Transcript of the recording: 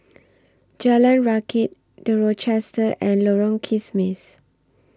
Jalan Rakit The Rochester and Lorong Kismis